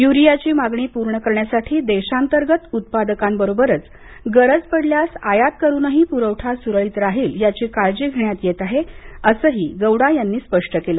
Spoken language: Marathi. युरियाची मागणी पूर्ण करण्यासाठी देशांतर्गत उत्पादकांबरोबच गरज पडल्यास आयात करूनही पुरवठा सुरळीत राहील याची काळजी घेण्यात येत आहे असंही गौडा यांनी स्पष्ट केलं